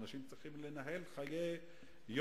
אנשים צריכים לנהל חיי יום-יום,